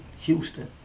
Houston